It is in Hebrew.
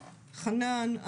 חנן,